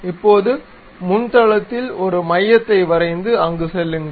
இப்போது முன் தளத்தில் ஒரு மையத்தை வரைந்து அங்கு செல்லுங்கள்